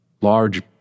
Large